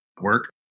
Work